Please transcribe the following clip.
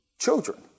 Children